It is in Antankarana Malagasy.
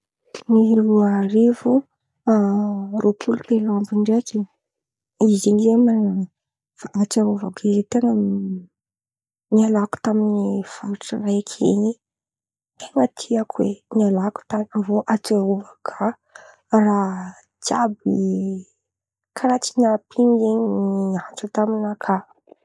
Folo roa arivo roapolo telo àby ndraiky, izy io zen̈y mana- atsiarôvako izy io zen̈y ten̈a nialako tamy faritry raiky ten̈a tiako oe, nialako tan̈y avy eo atsiarôvako kà raha jiàby karàha tsy nampin̈o zen̈y nihatra taminakà.